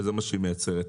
וזה מה שהיא מייצרת.